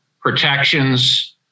protections